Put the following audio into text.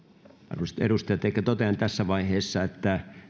arvoisat edustajat ehkä totean tässä vaiheessa että